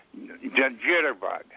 jitterbug